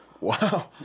Wow